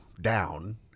down